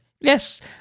Yes